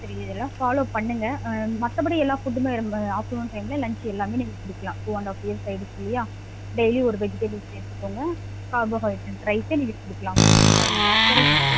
சரி இதெல்லாம் ஃபாலோ பண்ணுங்க மற்றபடி எல்லா ஃபுட்டுமே நம்ம ஆஃப்டர்நூன் டைமில் லன்ச் எல்லாமே நீங்கள் கொடுக்குலாம் டூ அண்ட் ஹாஃப்பு இயர்ஸ் ஆகிடுச்சி இல்லையா டெய்லி ஒரு வெஜிடபிள்ஸ் எடுத்துக்கோங்க கார்போஹைட்ரேட் ரைஸ்ஸே நீங்கள் கொடுக்கலாம் ஆஃப்டர்நூன் டைமில் சரிங்களா